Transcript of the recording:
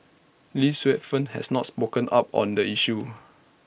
lee Suet Fern has not spoken up on the issue